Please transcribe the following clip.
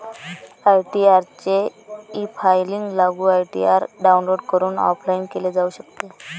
ITR चे efiling लागू ITR download करून ऑफलाइन केले जाऊ शकते